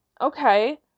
okay